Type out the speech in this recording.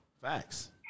Facts